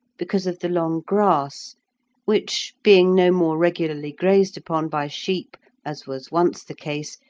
because of the long grass which, being no more regularly grazed upon by sheep, as was once the case,